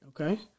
Okay